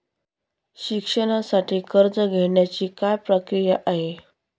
शिक्षणासाठी कर्ज घेण्याची काय प्रक्रिया आहे?